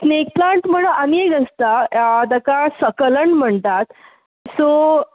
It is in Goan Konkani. स्नेक प्लाण्ट म्हणून आनी एक आसता जाका सकलण म्हणटा सो